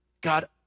God